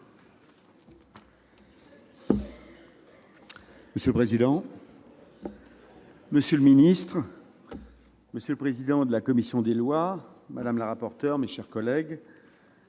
Monsieur le président, monsieur le ministre, monsieur le président de la commission des lois, madame le rapporteur, mes chers collègues,